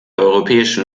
europäischen